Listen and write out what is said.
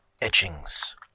etchings